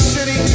City